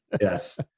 Yes